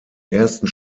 ersten